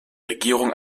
regierung